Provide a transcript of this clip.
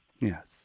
Yes